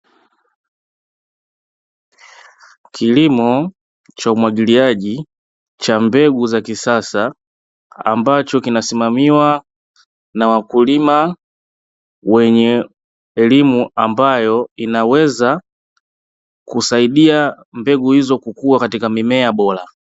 Kilimo cha umwagiliaji cha mbegu za kisasa, ambacho kinasimamiwa na wakulima wenye elimu ambayo inaweza kusaidia mbegu hizo kukua katika mimea bora.